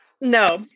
No